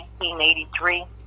1883